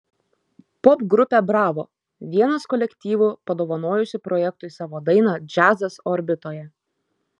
popgrupė bravo vienas kolektyvų padovanojusių projektui savo dainą džiazas orbitoje